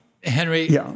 Henry